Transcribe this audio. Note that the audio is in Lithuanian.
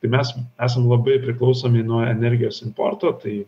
tai mes esam labai priklausomi nuo energijos importo tai